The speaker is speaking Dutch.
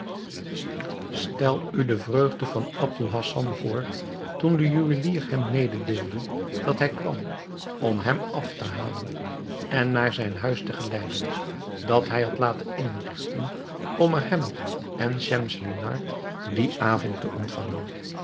stel u de vreugde van aboul hassan voor toen de juwelier hem mededeelde dat hij kwam om hem af te halen en naar zijn huis te geleiden dat hij had laten inrigten om er hem en schemselnihar dien avond te ontvangen